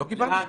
לא קיבלנו